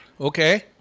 Okay